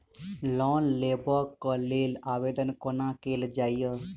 Loan लेबऽ कऽ लेल आवेदन कोना कैल जाइया?